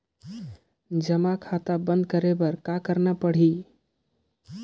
जमा खाता बंद करे बर कौन करना पड़ही?